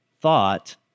thought